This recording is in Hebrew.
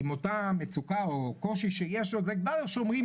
עם אותה מצוקה או קושי שיש זה כבר שאומרים